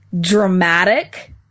Dramatic